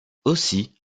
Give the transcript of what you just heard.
aussi